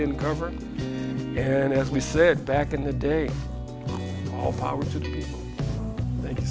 didn't cover and as we said back in the day all power to